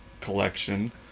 collection